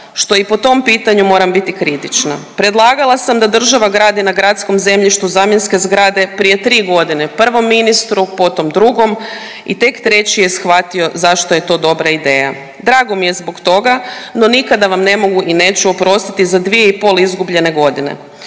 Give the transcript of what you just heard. što i po tom pitanju moram biti kritična. Predlagala sam da država gradi na gradskom zemljištu zamjenske zgrade prije tri godine prvom ministru, potom drugom i tek treći je shvatio zašto je to dobra ideja. Drago mi je zbog toga, no nikada vam ne mogu i neću oprostiti za dvije i pol izgubljene godine.